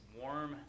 warm